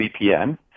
VPN